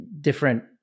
different